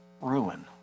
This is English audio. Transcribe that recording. ruin